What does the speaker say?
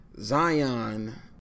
Zion